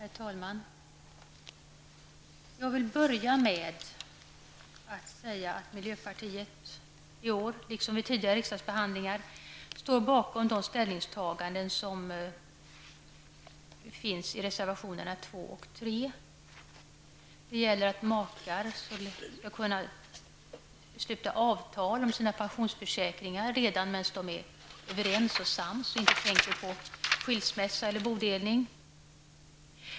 Herr talman! Jag vill börja med att säga att miljöpartiet i år liksom vid tidigare riksdagsbehandlingar av denna fråga står bakom de ställningstaganden som finns i reservationerna 2 och 3. Det gäller att makar skall kunna sluta avtal om sina pensionsförsäkringar redan medan de är överens och sams och inte vänta på skilsmässa eller bodelning.